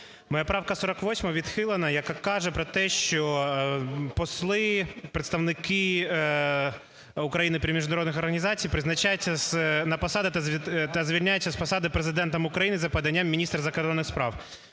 поправка відхилена, яка каже про те, що посли, представники України при міжнародних організаціях призначаються на посади та звільняються з посади Президентом України за поданням міністра закордонних справ.